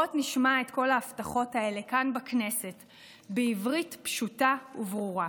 בוא נשמע את כל ההבטחות האלה כאן בכנסת בעברית פשוטה וברורה.